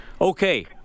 Okay